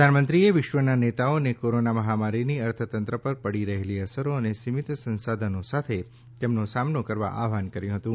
પ્રધાનમંત્રીએ વિશ્વના નેતાઓને કોરોના મહામારીની અર્થતંત્ર પર પડી રહેલી અસરો અને સીમિત સંશાધનો સાથે તેનો સામનો કરવા આહવાન કર્યું હતું